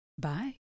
Bye